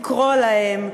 לקרוא להם,